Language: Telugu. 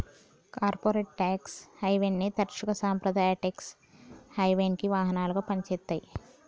కార్పొరేట్ ట్యేక్స్ హెవెన్ని తరచుగా సాంప్రదాయ ట్యేక్స్ హెవెన్కి వాహనాలుగా పనిచేత్తాయి